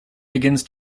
begins